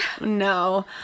No